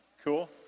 Cool